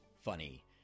Funny